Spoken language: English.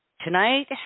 Tonight